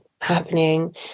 happening